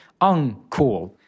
uncool